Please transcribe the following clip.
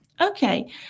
Okay